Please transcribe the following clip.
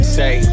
say